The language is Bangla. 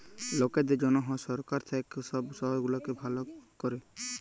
লকদের জনহ সরকার থাক্যে সব শহর গুলাকে ভালা ক্যরে